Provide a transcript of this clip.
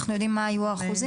אנחנו יודעים מה היו האחוזים?